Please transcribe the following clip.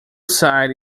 site